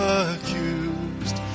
accused